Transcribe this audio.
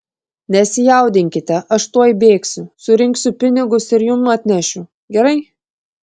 nesijaudinkite aš tuoj bėgsiu surinksiu pinigus ir jums atnešiu gerai